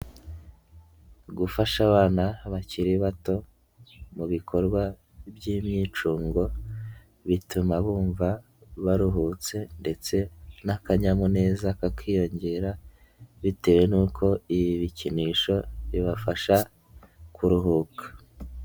Gufasha abana bakiri bato mu bikorwa by'imyicungo, bituma bumva baruhutse ndetse n'akanyamuneza kakiyongera, bitewe n'uko ibi bikinisho bibafasha kuruhuka.